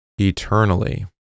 eternally